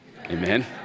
Amen